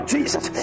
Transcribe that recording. Jesus